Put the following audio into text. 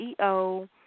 CEO